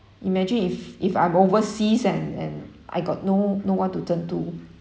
imagine if if I'm overseas and and I got no no one to turn to